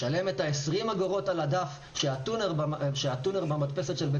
ישלם את ה-20 אגורות על הדף שהטונר במדפסת של בית